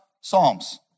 Psalms